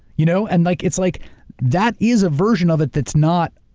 you know, and like it's like that is a version of it that's not,